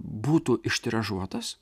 būtų ištiražuotas